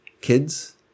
kids